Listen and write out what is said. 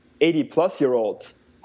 80-plus-year-olds